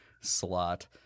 slot